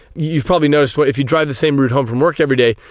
you've probably noticed but if you drive the same route home from work every day,